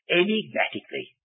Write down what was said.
enigmatically